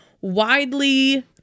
widely